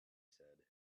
said